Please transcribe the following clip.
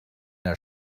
der